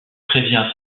prévient